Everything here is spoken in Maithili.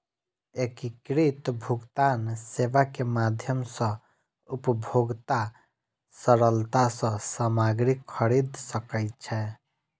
एकीकृत भुगतान सेवा के माध्यम सॅ उपभोगता सरलता सॅ सामग्री खरीद सकै छै